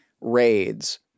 RAIDs